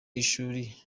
y’ishuri